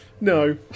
No